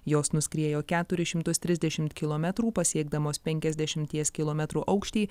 jos nuskriejo keturis šimtus trisdešim kilometrų pasiekdamos penkiasdešimies kilometrų aukštį